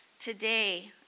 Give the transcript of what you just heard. Today